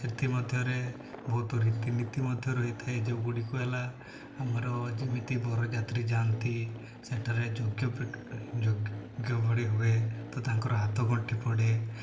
ସେଥିମଧ୍ୟରେ ବହୁତ ରୀତିନୀତି ମଧ୍ୟ ରହିଥାଏ ଯେଉଁଗୁଡ଼ିକ ହେଲା ଆମର ଯେମିତି ବରଯାତ୍ରୀ ଯାଆନ୍ତି ସେଠାରେ ଯୋଗ୍ୟ ଯେଉଁଭଳି ହୁଏ ତ ତାଙ୍କର ହାତ ଗଣ୍ଠି ପଡ଼େ